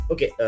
Okay